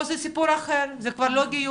פה זה סיפור אחר, זה כבר לא גיור.